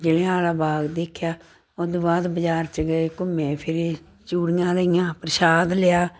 ਜ਼ਿਲ੍ਹਿਆਂ ਵਾਲਾ ਬਾਗ ਦੇਖਿਆ ਉਹ ਤੋਂ ਬਾਅਦ ਬਾਜ਼ਾਰ 'ਚ ਗਏ ਘੁੰਮੇ ਫਿਰੇ ਚੂੜੀਆਂ ਲਈਆਂ ਪ੍ਰਸ਼ਾਦ ਲਿਆ